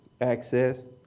access